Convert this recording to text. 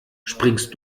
springst